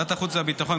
בוועדת החוץ והביטחון,